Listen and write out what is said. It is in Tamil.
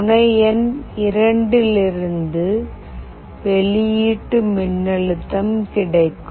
முனை எண் இரண்டிலிருந்து வெளியீட்டு மின்னழுத்தம் கிடைக்கும்